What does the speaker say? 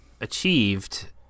achieved